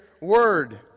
word